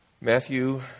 Matthew